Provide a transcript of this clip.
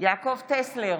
יעקב טסלר,